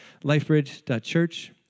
Lifebridge.church